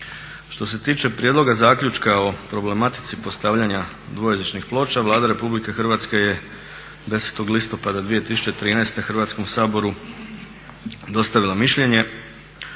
Što se tiče prijedloga zaključka o problematici postavljanja dvojezičnih ploča Vlada Republike Hrvatske je 10. listopada 2013. Hrvatskom saboru dostavila mišljenje